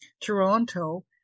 Toronto